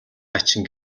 хачин